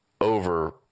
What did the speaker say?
over